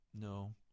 No